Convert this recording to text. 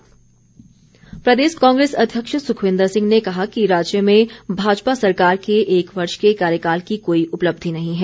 कांग्रेस प्रदेश कांग्रेस अध्यक्ष सुखविन्दर सिंह ने कहा है कि राज्य में भाजपा सरकार के एक वर्ष के कार्यकाल की कोई उपलब्धि नहीं है